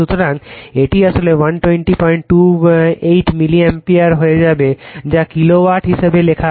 সুতরাং এটি আসলে 12028 মিলিঅ্যাম্পিয়ার হয়ে যাবে যা কিলোওয়াট হিসাবে লেখা হয়